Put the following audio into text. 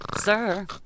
Sir